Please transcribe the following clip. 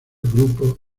grupos